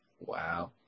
Wow